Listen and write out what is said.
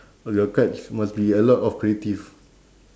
all your cards must be a lot of creative